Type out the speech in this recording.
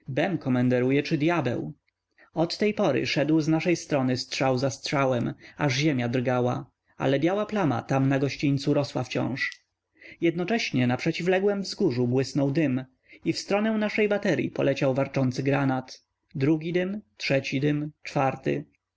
bem komenderuje czy dyabeł od tej pory szedł z naszej strony strzał za strzałem aż ziemia drgała ale biała plama tam na gościńcu rosła wciąż jednocześnie na przeciwległem wzgórzu błysnął dym i w stronę naszej bateryi poleciał warczący granat drugi dym trzeci dym czwarty